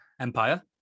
Empire